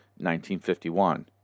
1951